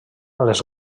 les